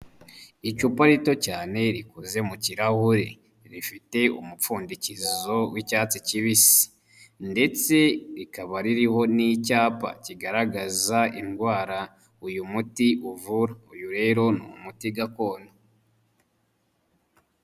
Icupa rito cyane rikoze mu kirahure, rifite umupfundikizo w'icyatsi kibisi ndetse rikaba ririho n'icyapa kigaragaza indwara uyu muti uvura, uyu rero ni umuti gakondo.